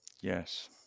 Yes